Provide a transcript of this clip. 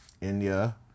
India